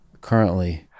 currently